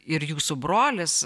ir jūsų brolis